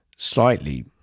slightly